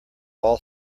all